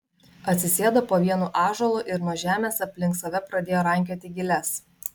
atsisėdo po vienu ąžuolu ir nuo žemės aplink save pradėjo rankioti giles